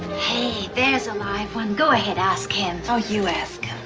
hey, there's a live one. go ahead, ask him. so you ask